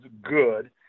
good